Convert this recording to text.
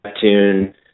Tune